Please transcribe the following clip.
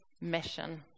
mission